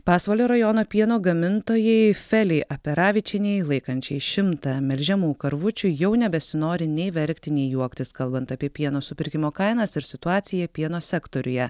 pasvalio rajono pieno gamintojai felei aperavičienei laikančiai šimtą melžiamų karvučių jau nebesinori nei verkti nei juoktis kalbant apie pieno supirkimo kainas ir situaciją pieno sektoriuje